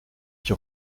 qui